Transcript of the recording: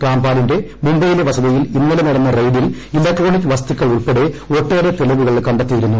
റാംപാലിന്റെ മുംബൈയിലെ വസതിയിൽ ഇന്നലെ നടന്ന റെയ്ഡിൽ ഇലക്ട്രോണിക് വസ്തുക്കൾ ഉൾപ്പെടെ ഒട്ടേറെ തെളിവുകൾ കണ്ടെത്തിയിരുന്നു